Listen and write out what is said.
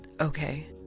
Okay